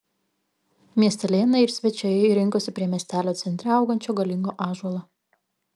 miestelėnai ir svečiai rinkosi prie miestelio centre augančio galingo ąžuolo